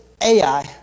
Ai